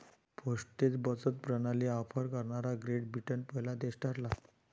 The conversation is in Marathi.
पोस्टेज बचत प्रणाली ऑफर करणारा ग्रेट ब्रिटन पहिला देश ठरला